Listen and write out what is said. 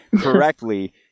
correctly